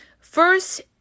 first